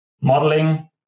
modeling